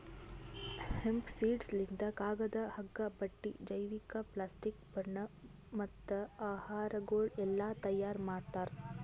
hemp seeds ಲಿಂತ್ ಕಾಗದ, ಹಗ್ಗ, ಬಟ್ಟಿ, ಜೈವಿಕ, ಪ್ಲಾಸ್ಟಿಕ್, ಬಣ್ಣ ಮತ್ತ ಆಹಾರಗೊಳ್ ಎಲ್ಲಾ ತೈಯಾರ್ ಮಾಡ್ತಾರ್